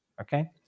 Okay